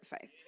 faith